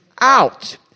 out